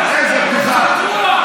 צבוע,